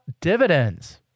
dividends